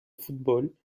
football